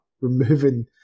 removing